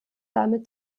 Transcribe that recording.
damit